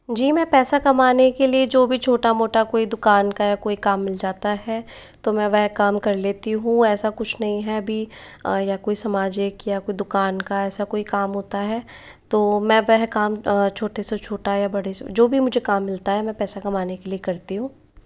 जी मैं पैसा कमाने के लिए जो भी छोटा मोटा कोई दुकान का या कोई काम मिल जाता है तो मैं वह काम कर लेती हूँ ऐसा कुछ नहीं है अभी या कोई समाजिक या कोई दुकान का ऐसा कोई काम होता है तो मैं वह काम छोटे से छोटा या बड़े से जो भी मुझे काम मिलता है मैं पैसा कमाने के लिए करती हूँ